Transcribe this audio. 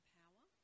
power